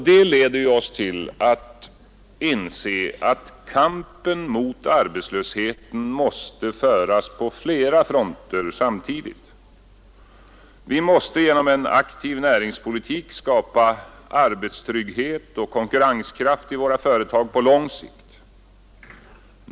Det leder oss till att inse att kampen mot arbetslösheten måste föras på flera fronter samtidigt. Vi måste genom en aktiv näringspolitik skapa arbetstrygghet och konkurrenskraft i våra företag på lång sikt.